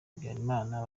habyarimana